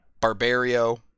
Barbario